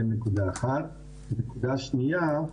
זה נקודה אחת ונקודה שנייה,